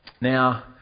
Now